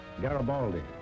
Garibaldi